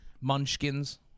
munchkins